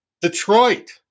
Detroit